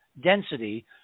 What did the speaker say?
density